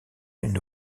une